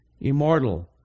immortal